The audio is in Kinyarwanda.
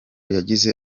yagize